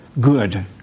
good